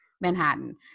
manhattan